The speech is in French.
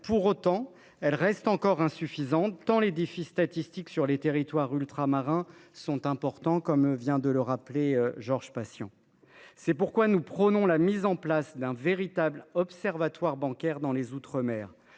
Pour autant, elles sont encore insuffisantes, tant les déficits statistiques sur les territoires ultramarins sont importants, mon collègue Georges Patient vient de le rappeler. C’est pourquoi nous prônons la mise en place d’un véritable observatoire bancaire dans les outre mer.